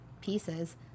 pieces